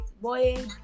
Boy